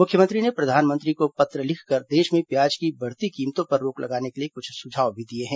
मुख्यमंत्री ने प्रधानमंत्री को पत्र लिखकर देश में प्याज की बढ़ती कीमतों पर रोक लगाने के लिए कुछ सुझाव दिए हैं